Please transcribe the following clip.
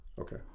Okay